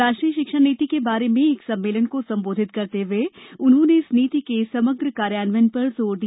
राष्ट्रीय शिक्षा नीति के बारे में एक सम्मेलन को संबोधित करते हुए उन्होंने इस नीति के समग्र कार्यान्वयन पर जोर दिया